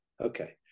Okay